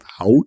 out